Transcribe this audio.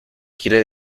quiere